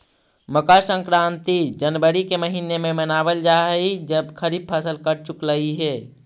मकर संक्रांति जनवरी के महीने में मनावल जा हई जब खरीफ फसल कट चुकलई हे